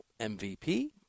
MVP